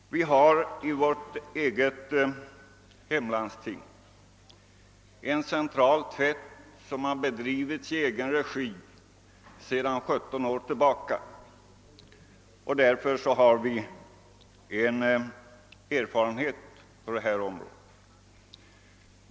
Vårt eget landsting har en centraltvätt som bedrivits i egen regi sedan 17 år tillbaka, och vi har därför erfarenhet på området.